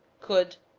could,